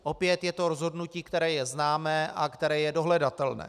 Opět je to rozhodnutí, které je známé a které je dohledatelné.